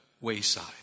wayside